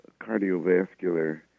cardiovascular